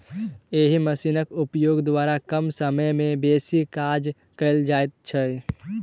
एहि मशीनक उपयोग द्वारा कम समय मे बेसी काज कयल जाइत छै